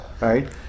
right